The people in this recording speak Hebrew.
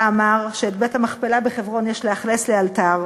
אמר שאת בית-המכפלה בחברון יש לאכלס לאלתר,